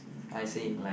I see